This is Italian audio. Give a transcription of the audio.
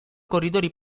corridori